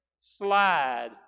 slide